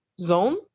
zone